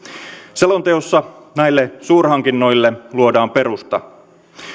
selonteossa näille suurhankinnoille luodaan perusta